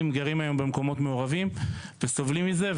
גרים היום במקומות מעורבים וסובלים מזה.